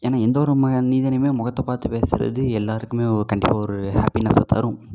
ஏன்னா எந்தவொரு மனிதனையுமே முகத்தை பார்த்து பேசுகிறது எல்லாருக்குமே கண்டிப்பாக ஒரு ஹாப்பினஸ்ஸை தரும்